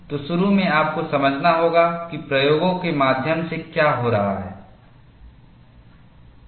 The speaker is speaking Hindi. तो शुरू में आपको समझना होगा कि प्रयोगों के माध्यम से क्या हो रहा है